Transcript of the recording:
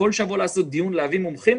וכל שבוע לעשות דיון ולהביא מומחים,